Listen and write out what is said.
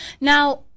Now